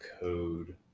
code